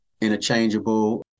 interchangeable